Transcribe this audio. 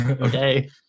Okay